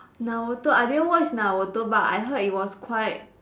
Naruto I didn't watch Naruto but I heard it was quite